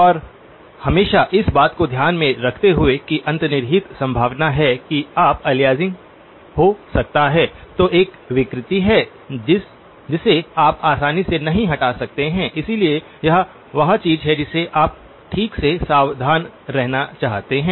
और हमेशा इस बात को ध्यान में रखते हुए कि एक अंतर्निहित संभावना है कि आप अलियासिंग हो सकता हैं जो एक विकृति है जिसे आप आसानी से नहीं हटा सकते हैं इसलिए यह वह चीज है जिसे आप ठीक से सावधान रहना चाहते हैं